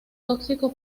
tóxico